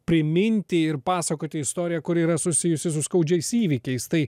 priminti ir pasakoti istoriją kuri yra susijusi su skaudžiais įvykiais tai